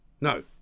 No